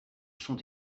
sont